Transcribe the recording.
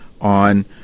on